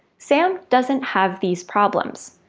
sam doesn't have these problems,